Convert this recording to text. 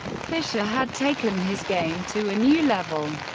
fischer had taken his game to a new level.